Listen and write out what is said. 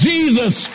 Jesus